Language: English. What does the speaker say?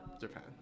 Japan